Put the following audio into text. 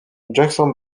jackson